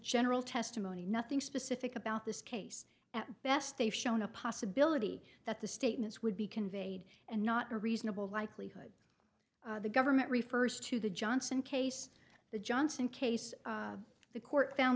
general testimony nothing specific about this case at best they've shown a possibility that the statements would be conveyed and not a reasonable likelihood the government refers to the johnson case the johnson case the court found